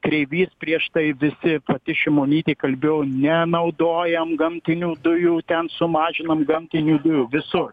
kreivys prieš tai visi pati šimonytė kalbėjo nenaudojam gamtinių dujų ten sumažinam gamtinių dujų visur